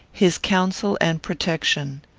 his counsel and protection.